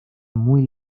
muy